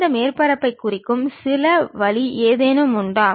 இந்த மேற்பரப்புகளைக் குறிக்கும் சிறந்த வழி ஏதேனும் உண்டா